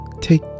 take